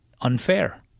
unfair